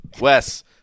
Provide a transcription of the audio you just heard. Wes